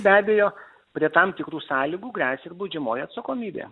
be abejo prie tam tikrų sąlygų gresia ir baudžiamoji atsakomybė